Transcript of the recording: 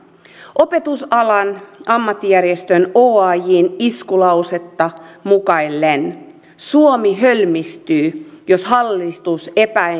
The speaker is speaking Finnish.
opetusalan ammattijärjestön oajn iskulausetta mukaillen suomi hölmistyy jos hallitus